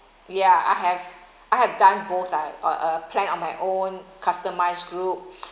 ya I have I have done both ah oh uh plan on my own customize group